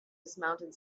dismounted